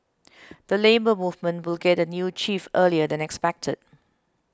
the Labour Movement will get a new chief earlier than expected